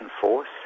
force